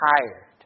tired